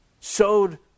showed